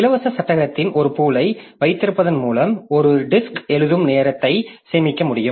இலவச சட்டகத்தின் ஒரு பூலை வைத்திருப்பதன் மூலம் ஒரு வட்டு எழுதும் நேரத்தை சேமிக்க முடியும்